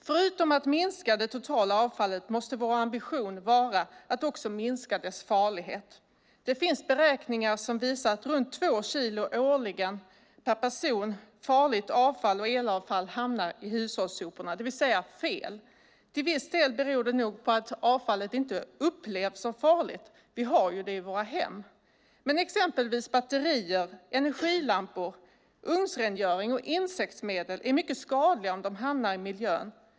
Förutom att minska det totala avfallet måste vår ambition vara att också minska dess farlighet. Det finns beräkningar som visar att runt två kilo årligen per person farligt avfall och elavfall hamnar i hushållssoporna, det vill säga fel. Till viss del beror det nog på att avfallet inte upplevs som farligt; vi har ju det i våra hem. Men exempelvis batterier, energilampor, ugnsrengöring och insektsmedel är mycket skadliga om de hamnar i miljön.